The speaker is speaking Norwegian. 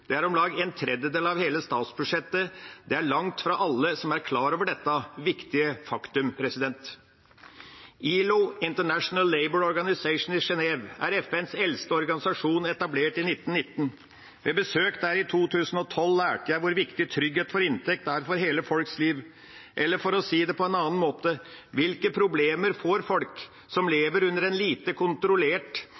Det er om lag en tredjedel av hele statsbudsjettet. Det er langt fra alle som er klar over dette viktige faktum. ILO – International Labour Organization – i Genève er FNs eldste organisasjon, etablert i 1919. Ved et besøk der i 2012 lærte jeg hvor viktig trygghet for inntekt er for hele livet til folk. Eller for å si det på en annen måte: Hvilke problemer får folk som